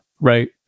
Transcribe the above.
right